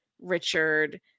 Richard